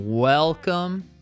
Welcome